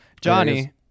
Johnny